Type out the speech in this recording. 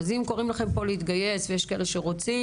אז קוראים לכם להתגייס ויש כאלה שרוצים